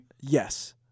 Yes